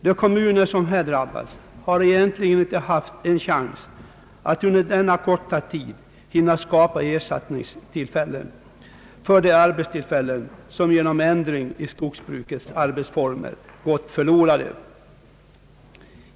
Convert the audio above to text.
De kommuner som här drabbats har egentligen inte haft en chans att under denna korta tid hinna skapa ersättningssysselsättning för de arbetstillfällen som genom ändringen i skogsbrukets arbetsformer gått förlorade.